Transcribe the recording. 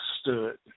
stood